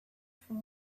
from